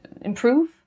improve